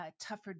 tougher